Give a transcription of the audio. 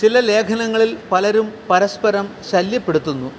ചില ലേഖനങ്ങളിൽ പലരും പരസ്പരം ശല്യപ്പെടുത്തുന്നു